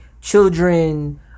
children